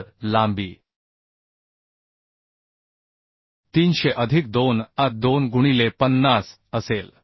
तर लांबी 300 अधिक 2 a 2 गुणिले 50 असेल